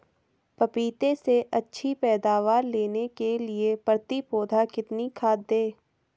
पपीते से अच्छी पैदावार लेने के लिए प्रति पौधा कितनी खाद दें?